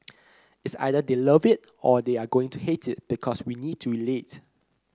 it's either they'll love it or they are going to hate it because we need to relate